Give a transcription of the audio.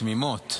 תמימות.